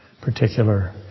particular